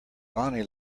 bonnie